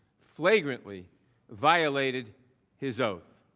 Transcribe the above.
flagrantly violated his oath.